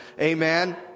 Amen